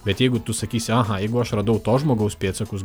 bet jeigu tu sakysi aha jeigu aš radau to žmogaus pėdsakus